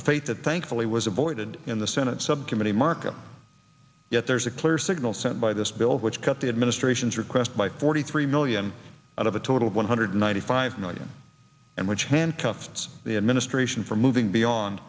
a fate that thankfully was avoided in the senate subcommittee markup yet there's a clear signal sent by this bill which cut the administration's request by forty three million out of a total of one hundred ninety five million and which handcuffed the administration for moving beyond